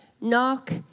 Knock